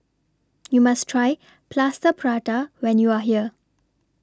YOU must Try Plaster Prata when YOU Are here